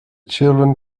children